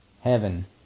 Heaven